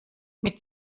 mit